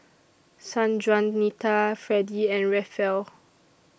Sanjuanita Freddy and Rafael